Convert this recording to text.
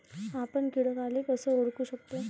आपन कीटकाले कस ओळखू शकतो?